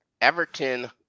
Everton